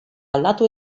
aldatu